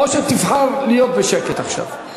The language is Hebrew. או שתבחר להיות בשקט עכשיו.